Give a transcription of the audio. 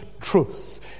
truth